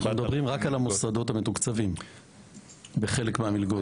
אנחנו מדברים רק על המוסדות המתוקצבים בחלק מהמלגות?